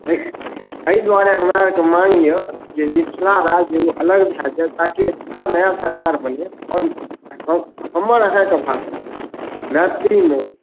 एहि दुआरे हमरा आरके माँग यऽ जे मिथिला राज्य एगो अलग भए जाय ताकि एतुका नया सरकार बने आओर हमर अहाँकेँ भाषा मैथिलीमे